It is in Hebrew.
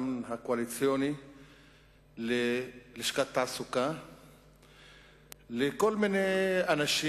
הקואליציוני ללשכת תעסוקה לכל מיני אנשים.